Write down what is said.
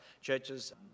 churches